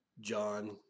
John